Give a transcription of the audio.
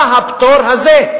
מה הפטור הזה?